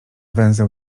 węzeł